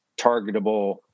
targetable